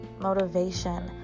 motivation